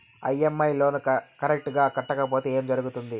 EMI loan correct గా కట్టకపోతే ఏం జరుగుతుంది